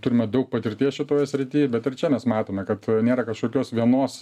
turime daug patirties šitoj srity bet ir čia mes matome kad nėra kažkokios vienos